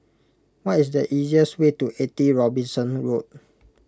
what is the easiest way to eighty Robinson Road